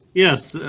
yes,